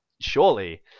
Surely